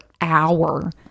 hour